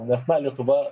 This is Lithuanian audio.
nes na lietuva